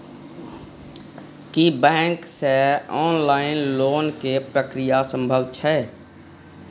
की bank से online loan के प्रक्रिया संभव छै?